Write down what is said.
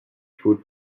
food